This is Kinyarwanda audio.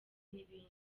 n’ibindi